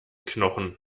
knochen